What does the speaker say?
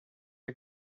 are